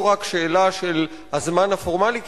לא רק שאלה של הזמן הפורמלי,